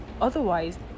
Otherwise